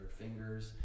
fingers